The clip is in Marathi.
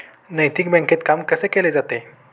नैतिक बँकेत काम कसे केले जाते?